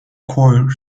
choir